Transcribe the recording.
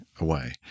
away